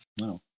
No